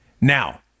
Now